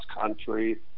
country